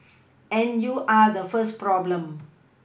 and you are the first problem